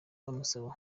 amusaba